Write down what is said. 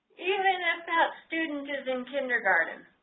even if that student is in kindergarten.